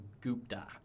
Gupta